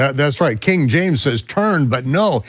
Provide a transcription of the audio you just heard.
that's right, king james says turn, but no,